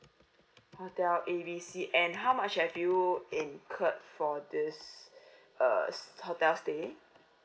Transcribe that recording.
hotel A B C and how much have you incurred for this uh hotel stay